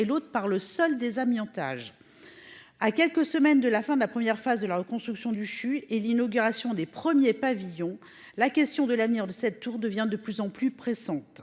et le seul désamiantage. À quelques semaines de la fin de la première phase de la reconstruction du CHU de Caen et de l'inauguration des premiers pavillons, la question de l'avenir de cette tour devient plus que pressante.